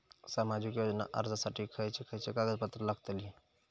सामाजिक योजना अर्जासाठी खयचे खयचे कागदपत्रा लागतली?